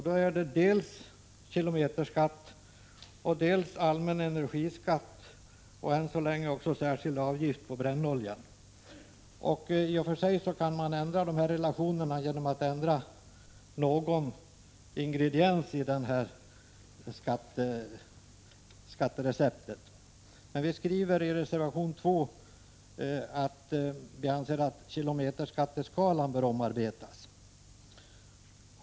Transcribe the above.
Då har man dels kilometerskatt, dels allmän energiskatt och än så länge också särskild avgift på brännolja. I och för sig kan man ändra dessa relationer genom att ändra någon ingrediens i det här skattereceptet. Vi skriver i reservation 2 att vi anser att kilometerskatteskalan bör omarbetas.